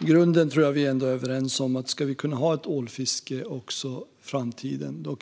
Jag tror att vi i grunden är överens om att ifall vi också i framtiden ska kunna ha ett ålfiske